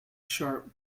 sharp